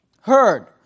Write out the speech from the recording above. heard